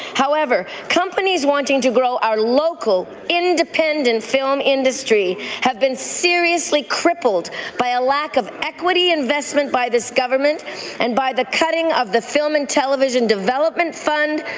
however, companies wanting to grow our local, independent film industry have been seriously crippled by a lack of equity investment by this government and by the cutting of the film and television development fund,